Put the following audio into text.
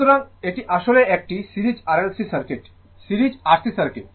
সুতরাং এটি আসলে একটি series R L C circuit series RC circuit